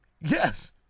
Yes